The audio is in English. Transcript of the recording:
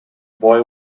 boy